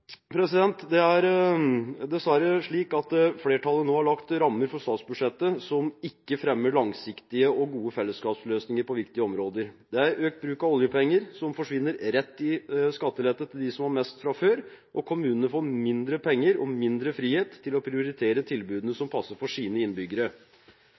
Det er dessverre slik at flertallet nå har lagt rammer for statsbudsjettet som ikke fremmer langsiktige og gode fellesskapsløsninger på viktige områder. Det er økt bruk av oljepenger som forsvinner rett i skattelette til dem som har mest fra før, og kommunene får mindre penger og mindre frihet til å prioritere tilbudene